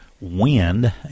Wind